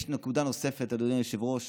יש נקודה נוספת, אדוני היושב-ראש: